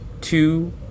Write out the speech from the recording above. two